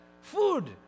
Food